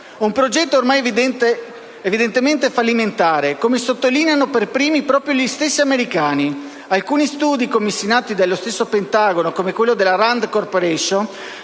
Un progetto evidentemente fallimentare, come sottolineano per primi gli stessi americani. Ricordo alcuni studi commissionati dallo stesso Pentagono, come quello della Rand Corporation